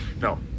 No